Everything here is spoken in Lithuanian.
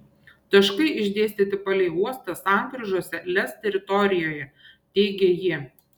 taškai išdėstyti palei uostą sankryžose lez teritorijoje teigė ji